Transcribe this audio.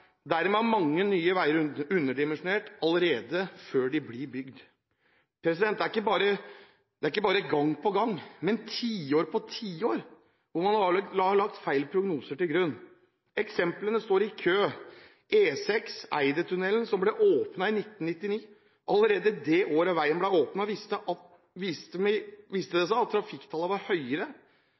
Dermed er mange nye veier underdimensjonert allerede fra de blir bygd. Det er ikke bare gang på gang, men tiår på tiår hvor man har lagt feil prognoser til grunn. Eksemplene står i kø – E6 Eidetunnelen, som ble åpnet i 1999. Allerede det året veien ble åpnet, viste det seg at trafikktallene var høyere enn det de skal bli i 2019, når veien er 20 år. Det viser til fulle at dette var